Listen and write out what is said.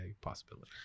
possibility